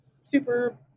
super